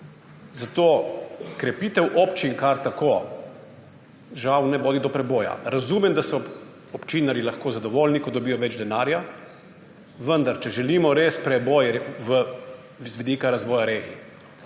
Zato krepitev občin kar tako žal ne vodi do preboja. Razumem, da so občinarji lahko zadovoljni, ko dobijo več denarja, vendar če želimo res preboj z vidika razvoja regij,